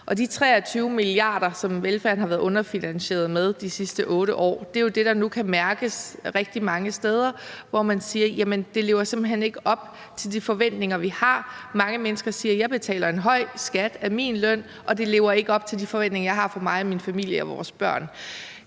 De 23 mia. kr., som velfærden har været underfinansieret med de sidste 8 år, er jo det, der nu kan mærkes rigtig mange steder, hvor man siger: Jamen det lever simpelt hen ikke op til de forventninger, vi har. Mange mennesker siger: Jeg betaler en høj skat af min løn, og det lever ikke op til de forventninger, jeg har for mig, min familie, vores børn.